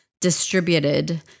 distributed